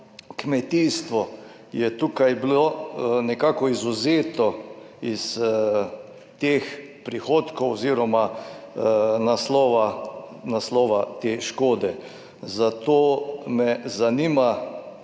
kmetijstvo je tukaj bilo nekako izvzeto iz teh prihodkov oziroma naslova te škode. Zato me zanima: